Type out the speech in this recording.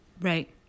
Right